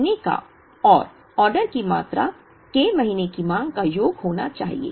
महीने का और ऑर्डर की मात्रा k महीने की मांग का योग होना चाहिए